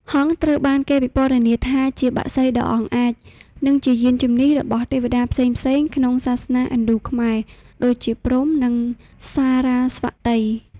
ហង្សត្រូវបានគេពិពណ៌នាថាជាបក្សីដ៏អង់អាច និងជាយានជំនិះរបស់ទេវតាផ្សេងៗក្នុងសាសនាឥណ្ឌូ-ខ្មែរ ដូចជា ព្រហ្ម និងសារ៉ាស្វតី។